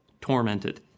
tormented